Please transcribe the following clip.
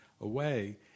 away